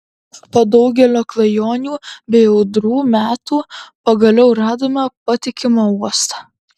po daugelio klajonių bei audrų metų pagaliau radome patikimą uostą